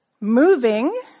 Moving